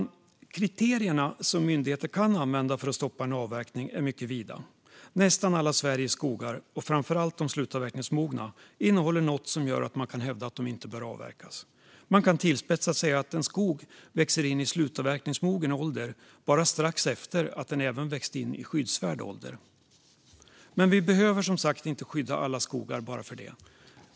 De kriterier som myndigheter kan använda för att stoppa en avverkning är mycket vida. Nästan alla Sveriges skogar, framför allt de slutavverkningsmogna, innehåller något som gör att det kan hävdas att de inte bör avverkas. Man kan tillspetsat säga att en skog växer in i slutavverkningsmogen ålder strax efter att den även växt in i skyddsvärd ålder. Men vi behöver, som sagt, inte skydda alla skogar bara för det.